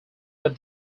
what